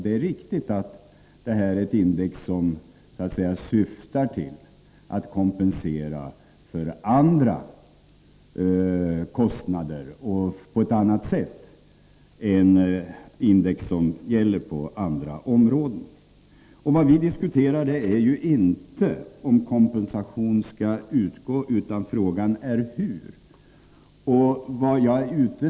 Det är riktigt att detta är ett index som syftar till att batt kompensera näringen för andra kostnader och på ett annat sätt än index som gäller på andra områden. Vad vi diskuterar är inte om kompensation skall utgå. Frågan är hur kompensation skall utgå.